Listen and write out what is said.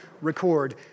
record